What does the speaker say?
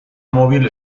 móvil